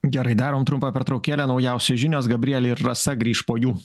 gerai darom trumpą pertraukėlę naujausios žinios gabrielė ir rasa grįš po jų